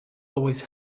always